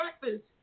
breakfast